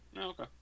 Okay